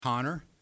Connor